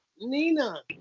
nina